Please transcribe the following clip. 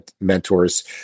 mentors